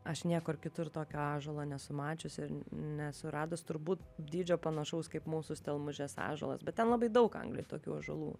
aš niekur kitur tokio ąžuolo nesu mačiusi ir nesuradus turbūt dydžio panašaus kaip mūsų stelmužės ąžuolas bet ten labai daug anglijoj tokių ąžuolų